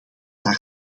daar